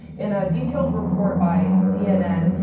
in a detailed report by cnn,